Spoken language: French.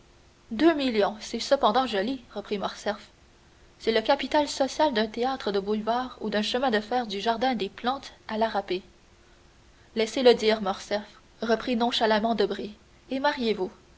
deux millions c'est cependant joli reprit morcerf c'est le capital social d'un théâtre de boulevard ou d'un chemin de fer du jardin des plantes à la râpée laissez-le dire morcerf reprit nonchalamment debray et mariez-vous